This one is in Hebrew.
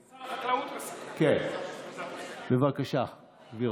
כן, בבקשה, גברתי.